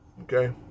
Okay